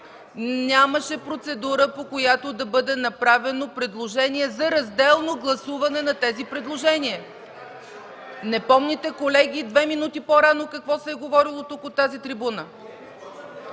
нямаше процедура, по която да бъде направено предложение за разделно гласуване на тези предложения. (Реплики от КБ и ДПС.) Не помните, колеги, две минути по-рано какво се е говорило тук, от тази трибуна.